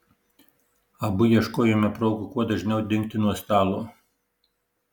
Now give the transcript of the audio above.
abu ieškojome progų kuo dažniau dingti nuo stalo